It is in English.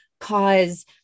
cause